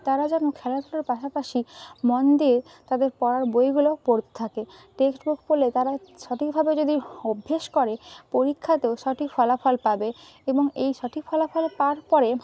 তারা যেন খেলাধুলার পাশাপাশি মন দিয়ে তাদের পড়ার বইগুলোও পড়তে থাকে টেক্সট বুক পড়লে তারা সঠিকভাবে যদি অভ্যেস করে পরীক্ষাতেও সঠিক ফলাফল পাবে এবং এই সঠিক ফলাফল পাওয়ার পরে